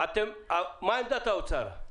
מה עמדת משרד האוצר?